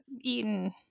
eaten